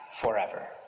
forever